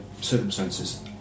circumstances